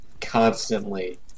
constantly